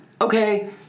Okay